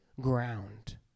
ground